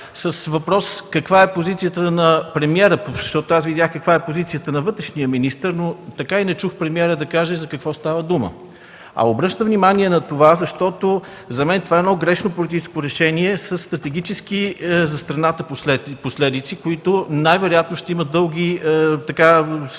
с въпроса каква е позицията на премиера? Видях каква е позицията на вътрешния министър, но така и не чух премиерът да каже за какво става дума. Обръщам внимание на това, защото за мен то е едно грешно политическо решение със стратегически последици за страната, които най-вероятно ще имат дълги